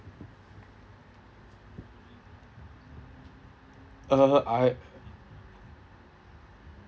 uh I